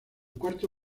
cuarto